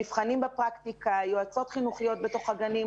מבחנים בפרקטיקה, יועצות חינוכיות בתוך הגנים